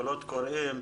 קולות קוראים,